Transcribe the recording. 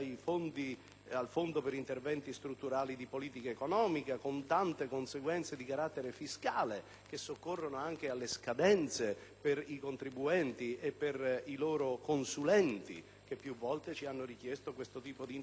al fondo per interventi strutturali di politica economica, con tante conseguenze di carattere fiscale, che soccorrono anche alle scadenze per i contribuenti ed i loro consulenti, i quali ci hanno più volte richiesto questo tipo di interventi.